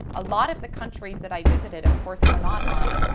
a lot of the countries that i visited, of course, were not on,